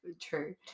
True